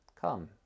Come